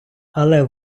але